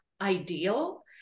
ideal